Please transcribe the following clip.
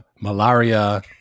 malaria